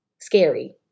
scary